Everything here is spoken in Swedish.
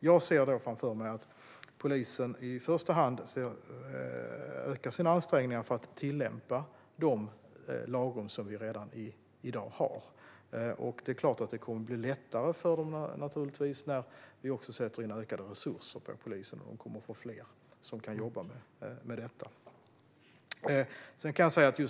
Jag ser framför mig att polisen i första hand ökar sina ansträngningar för att tillämpa de lagrum som vi redan i dag har. Det är klart att det kommer att bli lättare för dem när vi nu också sätter in ökade resurser för polisen. De kommer att få fler som kan jobba med detta.